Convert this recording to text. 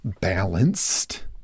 balanced